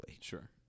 Sure